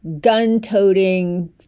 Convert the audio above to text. gun-toting